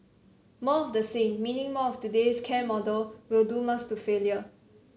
more of the same meaning more of today's care model will doom us to failure